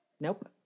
Nope